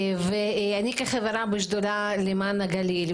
כחברה בשדולה למען הגליל,